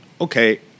okay